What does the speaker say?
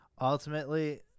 Ultimately